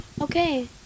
Okay